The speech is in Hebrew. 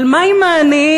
אבל מה עם העניים?